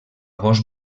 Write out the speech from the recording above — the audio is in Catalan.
gos